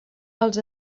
als